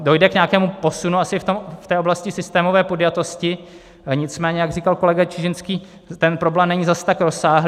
Dojde k nějakému posunu asi v té oblasti systémové podjatosti, nicméně jak říkal kolega Čižinský, ten problém není zas tak rozsáhlý.